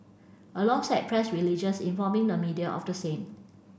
alongside press religious informing the media of the same